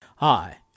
Hi